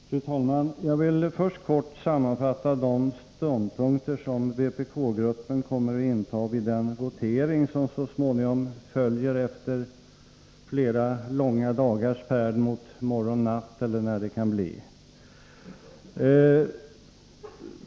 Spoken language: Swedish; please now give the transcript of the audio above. Fru talman! Jag vill först kort sammanfatta de ståndpunkter som vpk-gruppen kommer att inta vid den votering som så småningom följer efter flera långa dagars färd mot morgon, natt eller vad det nu kan bli.